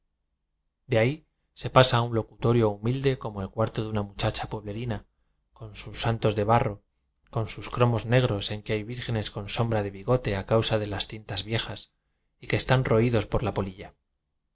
de ahí se pasa al locutorio humilde como el cuarto de una muchacha pueblerina con sus santos de barro con sus cromos ne gros en que hay vírgenes con sombra de bigote a causa de las tintas viejas y que están roídos por la polilla